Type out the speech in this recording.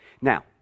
Now